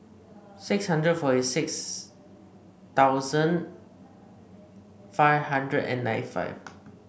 six hundred forty six thousand five hundred and ninety five